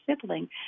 sibling